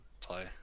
play